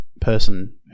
person